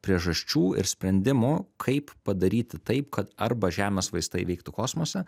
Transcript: priežasčių ir sprendimų kaip padaryti taip kad arba žemės vaistai veiktų kosmose